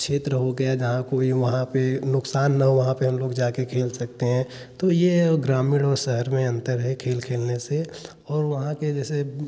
क्षेत्र हो गया जहाँ कोई वहाँ पर नुकसान ना हो वहाँ पर हम लोग जाकर खेल सकते हैं तो यह है ग्रामीण और शहर में अंतर है खेल खेलने से और वहाँ के जैसे